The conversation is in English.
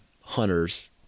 hunters